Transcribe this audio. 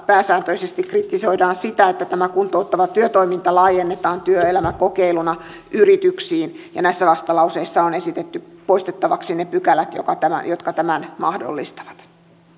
pääsääntöisesti kritisoidaan sitä että tämä kuntouttava työtoiminta laajennetaan työelämäkokeiluna yrityksiin ja näissä vastalauseissa on esitetty poistettavaksi ne pykälät jotka tämän mahdollistavat